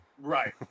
Right